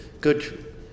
good